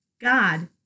God